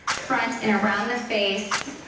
front and around the face.